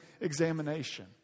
examination